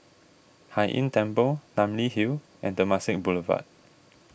Hai Inn Temple Namly Hill and Temasek Boulevard